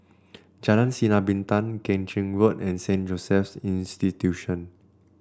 Jalan Sinar Bintang Keng Chin Road and Saint Joseph's Institution